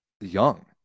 young